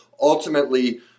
ultimately